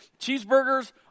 Cheeseburgers